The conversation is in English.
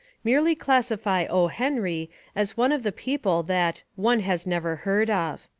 merely classify o. henry as one of the people that one has never heard of.